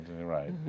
right